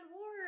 war